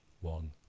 one